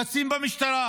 קצין במשטרה,